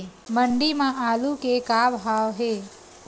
मंडी म आलू के का भाव हे?